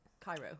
Cairo